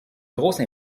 grosse